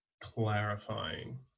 clarifying